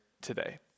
today